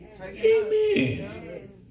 Amen